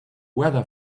weather